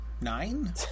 nine